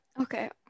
Okay